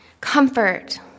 Comfort